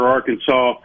Arkansas